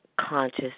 Conscious